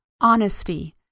honesty